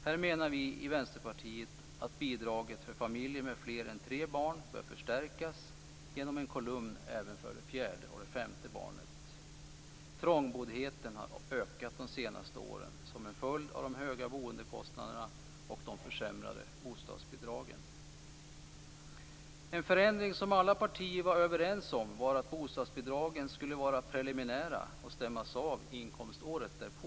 Här menar vi i Vänsterpartiet att bidraget för familjer med fler än tre barn bör förstärkas genom en kolumn även för det fjärde och det femte barnet. Trångboddheten har ökat de senaste åren som en följd av de höga boendekostnaderna och de försämrade bostadsbidragen. En förändring som alla partier var överens om var att bostadsbidragen skulle vara preliminära och stämmas av inkomståret därpå.